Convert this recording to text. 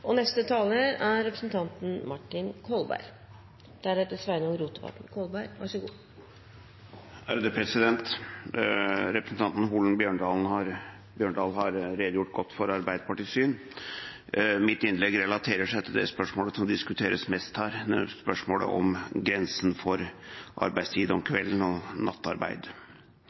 Representanten Holen Bjørdal har redegjort godt for Arbeiderpartiets syn. Mitt innlegg relaterer seg til det spørsmålet som diskuteres mest her, nemlig spørsmålet om grensen for arbeidstid om kvelden og nattarbeid.